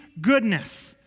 goodness